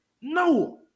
No